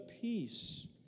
Peace